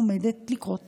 עומדת לקרות תאונה.